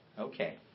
okay